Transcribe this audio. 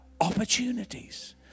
opportunities